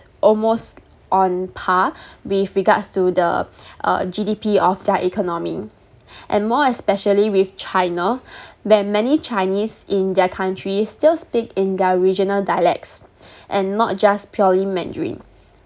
almost on par with regards to the uh G_D_P of their economy and more especially with china where many chinese in their country still speak in their regional dialects and not just purely mandarin